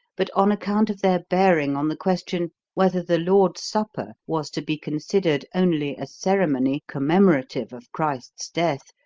but on account of their bearing on the question whether the lord's supper was to be considered only a ceremony commemorative of christ's death,